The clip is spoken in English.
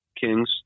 Kings